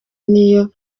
niyo